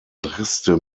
reste